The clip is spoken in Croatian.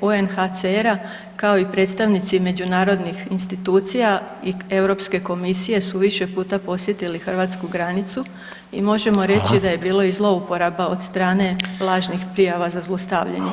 UNHCR-a, kao i predstavnici međunarodnih institucija i EU komisije su više puta posjetili hrvatsku granicu i možemo reći da je bilo i [[Upadica: Hvala.]] zlouporaba od strane lažnih prijava za zlostavljanje